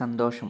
സന്തോഷം